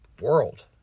world